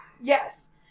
Yes